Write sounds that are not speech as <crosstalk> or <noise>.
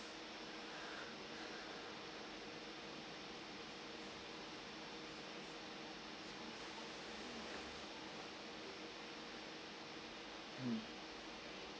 <breath> mm